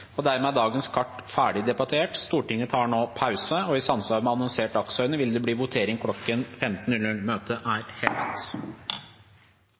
dagens kart ferdig debattert. Stortinget tar nå pause, og i samsvar med annonsert dagsorden vil det bli votering kl. 15.